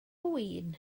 win